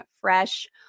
fresh